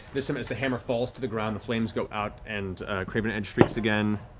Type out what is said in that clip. this time as the hammer falls to the ground the flames go out and craven edge streaks again,